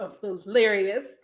hilarious